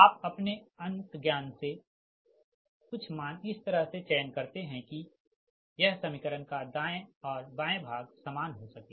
आप अपने अंत ज्ञान से कुछ मान इस तरह से चयन करते है कि इस समीकरण का दाएँ और बाएँ भाग बराबर हो सके